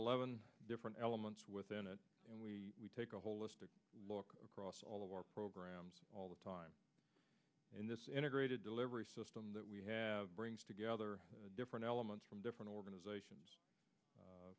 eleven different elements within it and we take a holistic look across all of our programs all the time in this integrated delivery system that we have brings together different elements from different organizations